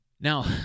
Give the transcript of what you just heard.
Now